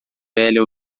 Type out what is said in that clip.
velha